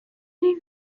این